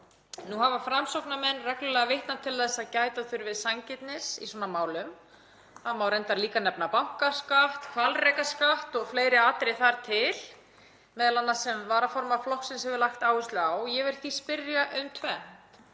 Nú hafa Framsóknarmenn reglulega vitnað til þess að gæta þurfi sanngirni í svona málum. Það má reyndar líka nefna bankaskatt, hvalrekaskatt og fleiri atriði, sem m.a. varaformaður flokksins hefur lagt áherslu á. Ég vil því spyrja um